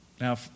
Now